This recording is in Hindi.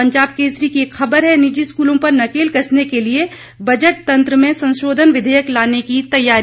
पंजाब केसरी की एक खबर है निजी स्कूलों पर नकेल कसने के लिए बजट सत्र में संशोधन विघेयक लाने की तैयारी